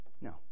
No